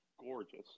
gorgeous